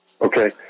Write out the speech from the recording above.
Okay